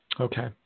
Okay